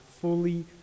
fully